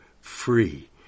free